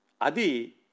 Adi